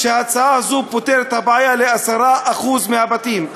שההצעה הזו פותרת את הבעיה ל-10% מהבתים.